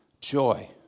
joy